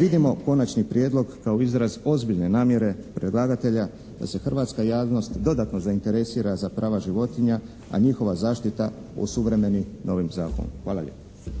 Vidimo Konačni prijedlog kao izraz ozbiljne namjere predlagatelja da se hrvatska javnost dodatno zainteresira za prava životinja, a njihova zaštita osuvremeni na ovom Zakonu. Hvala lijepa.